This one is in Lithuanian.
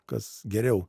kas geriau